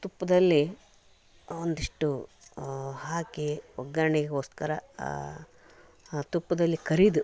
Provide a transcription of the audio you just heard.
ತುಪ್ಪದಲ್ಲಿ ಒಂದಿಷ್ಟು ಹಾಕಿ ಒಗ್ಗರ್ಣೆಗೋಸ್ಕರ ಆ ತುಪ್ಪದಲ್ಲಿ ಕರಿದು